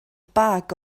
bag